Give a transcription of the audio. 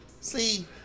See